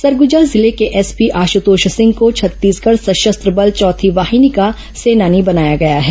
सरगुजा जिले के एसपी आश्रतोष सिंह को छत्तीसगढ़ सशस्त्र बल चौथी वॉहिनी का सेनानी बनाया गया है